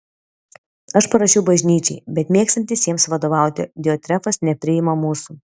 aš parašiau bažnyčiai bet mėgstantis jiems vadovauti diotrefas nepriima mūsų